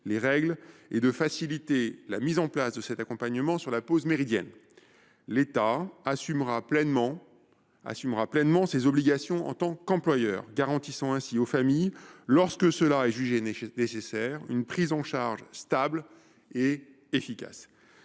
les règles et de faciliter la mise en place de cet accompagnement sur la pause méridienne. L’État assumera pleinement ses obligations en tant qu’employeur, garantissant ainsi aux familles, lorsque cela est jugé nécessaire, une prise en charge stable et efficace.